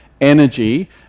energy